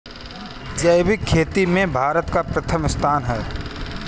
जैविक खेती में भारत का प्रथम स्थान है